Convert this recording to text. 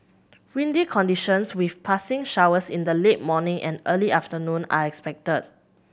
windy conditions with passing showers in the late morning and early afternoon are expected